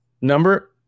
Number